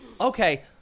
okay